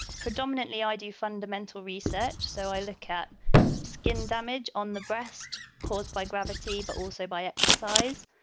predominantly, i do fundamental research. so i look at skin damage on the breast caused by gravity, but also by exercise.